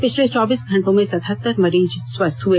पिछले चौबीस घंटों में सतहत्तर मरीज स्वस्थ हुए